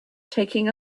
taking